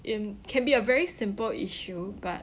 in can be a very simple issue but